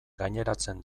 gaineratzen